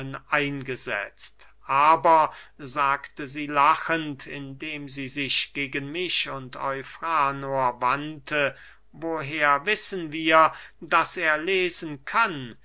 eingesetzt aber sagte sie lachend indem sie sich gegen mich und eufranor wandte woher wissen wir daß er lesen kann